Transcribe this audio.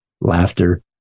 laughter